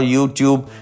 YouTube